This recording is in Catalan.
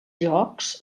jocs